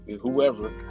Whoever